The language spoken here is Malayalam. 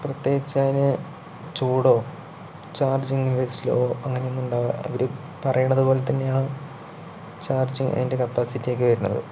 പ്രത്യേകിച്ചതിനു ചൂടോ ചാർജിങ്ങിലൊരു സ്ലോ അങ്ങനെയൊന്നും ഉണ്ടാവാ അവര് പറയണത് പോലെത്തന്നെയാണ് ചാർജിങ് അതിൻ്റെ കപ്പാസിറ്റിയൊക്കെ വരുന്നത്